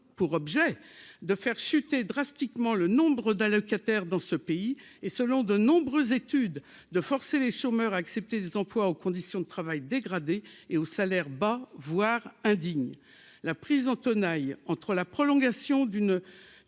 pour objet de faire chuter drastiquement le nombre d'allocataires dans ce pays et selon de nombreuses études de forcer les chômeurs à accepter des emplois aux conditions de travail dégradées et aux salaires bas, voire indigne la prise en tenaille entre la prolongation d'une